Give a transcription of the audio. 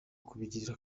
kubigira